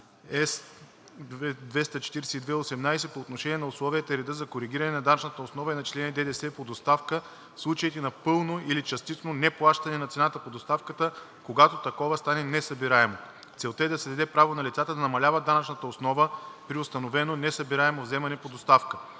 С-242/18 по отношение на условията и реда за коригиране на данъчната основа и начисления ДДС по доставка в случаите на пълно или частично неплащане на цената по доставката, когато такова стане несъбираемо. Целта е да се даде право на лицата да намаляват данъчната основа при установено несъбираемо вземане по доставка.